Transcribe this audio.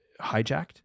hijacked